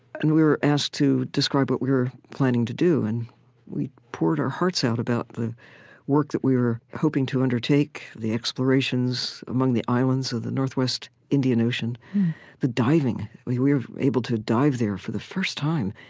and we were asked to describe what we were planning to do. and we poured our hearts out about the work that we were hoping to undertake, the explorations among the islands of the northwest indian ocean the diving. we were able to dive there for the first time,